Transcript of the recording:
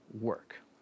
work